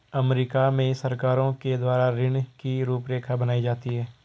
अमरीका में सरकारों के द्वारा ऋण की रूपरेखा बनाई जाती है